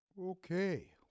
Okay